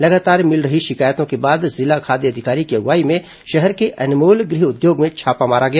लगातार मिल रही शिकायतों के बाद जिला खाद्य अधिकारी की अगुवाई में शहर के अनमोल गृह उद्योग में छापा मारा गया